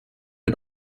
ein